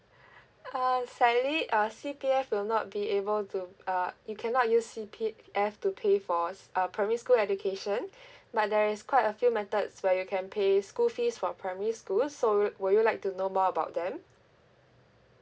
uh sadly uh C_P_F will not be able to uh you cannot use C_P_F to pay for s~ uh primary school education but there is quite a few methods where you can pay school fees for primary school so would would you like to know more about them